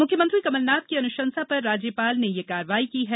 मुख्यमंत्री कमलनाथ की अनुशंसा पर राज्यपाल ने यह कार्यवाही की है